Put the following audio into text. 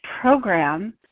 program